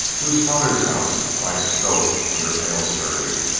to his father's house by stoke under aylesbury.